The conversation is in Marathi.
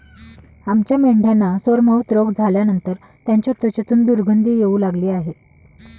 आमच्या मेंढ्यांना सोरमाउथ रोग झाल्यानंतर त्यांच्या त्वचेतून दुर्गंधी येऊ लागली आहे